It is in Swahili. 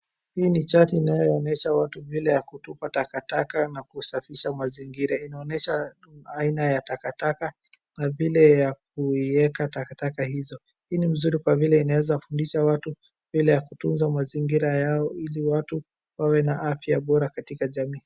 Hii ni chati inayoonyehsa watu vile ya kutupa takataka na kusafisha mazingira. Inaonyesha aina ya takataka na vile ya kuiweka takataka hizo. Hii ni mzuri kwa vile inaeza fundisha watu vile ya kutunza mazingira yao ili watu wawe na afya bora katika jamii.